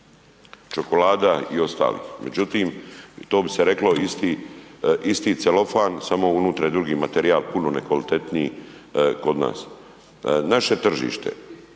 čokolada i ostalih. Međutim, to bi se reklo isti, isti celofan samo unutra je drugi materijal puno nekvalitetniji kod nas. Naše tržište,